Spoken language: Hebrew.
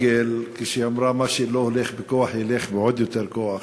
שאמרה לשרון שהוא לא מבין בענייני ביטחון.